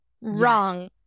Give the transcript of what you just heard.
wrong